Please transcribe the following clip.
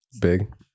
big